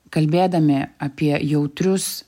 kalbėdami apie jautrius